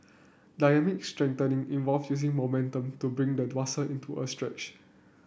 dynamic stretching involve using momentum to bring the muscle into a stretch